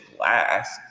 last